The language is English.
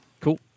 Cool